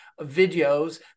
videos